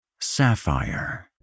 Sapphire